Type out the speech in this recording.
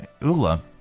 ula